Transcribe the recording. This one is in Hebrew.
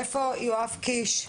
איפה יואב קיש?